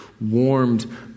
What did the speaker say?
warmed